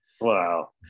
wow